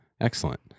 Excellent